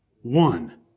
one